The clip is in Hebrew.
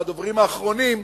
והדוברים האחרונים,